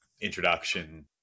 introduction